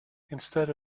instead